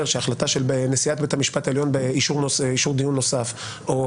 שהחלטה של נשיאת בית המשפט העליון באישור דיון נוסף או